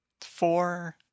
four